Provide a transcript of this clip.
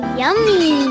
yummy